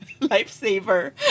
Lifesaver